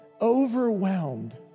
overwhelmed